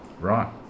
Right